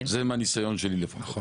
זה מהניסיון שלי לפחות.